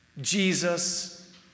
Jesus